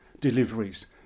deliveries